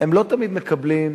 הם לא תמיד מקבלים בקלות,